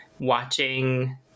Watching